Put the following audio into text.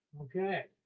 Okay